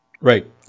Right